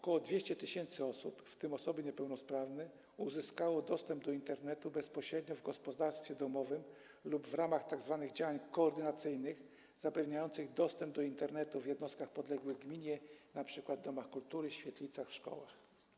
Ok. 200 tys. osób, w tym osoby niepełnosprawne, uzyskało dostęp do Internetu bezpośrednio w gospodarstwie domowym lub w ramach tzw. działań koordynacyjnych zapewniających dostęp do Internetu w jednostkach podległych gminie, np. domach kultury, świetlicach i szkołach.